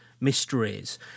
mysteries